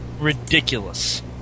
ridiculous